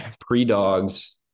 pre-dogs